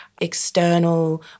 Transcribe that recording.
external